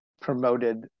promoted